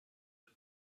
the